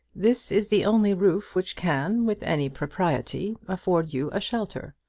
this is the only roof which can, with any propriety, afford you a shelter.